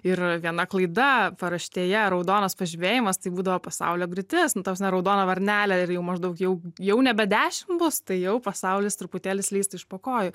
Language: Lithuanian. ir viena klaida paraštėje raudonas pažymėjimas tai būdavo pasaulio griūtis nu ta prasme raudona varnelė ir jau maždaug jau jau nebe dešimt bus tai jau pasaulis truputėlį slysta iš po kojų